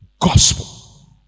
Gospel